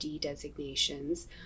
designations